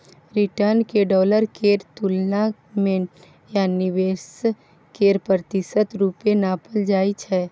return केँ dollar केर तुलना मे या निबेश केर प्रतिशत रुपे नापल जाइ छै